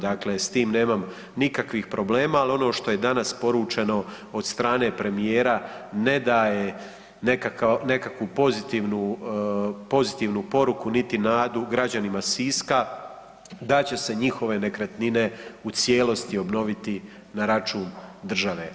Dakle, s tim nemam nikakvih problema, al ono što je danas poručeno od strane premijera ne daje nekakvu pozitivnu, pozitivnu poruku, niti nadu građanima Siska da će se njihove nekretnine u cijelosti obnoviti na račun države.